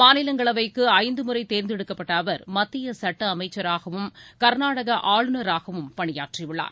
மாநிலங்களவைக்கு ஐந்து முறை தேர்ந்தெடுக்கப்பட்ட அவர் மத்திய சட்ட அமைச்சராகவும் கர்நாடக ஆளுநராகவும் பணியாற்றியுள்ளார்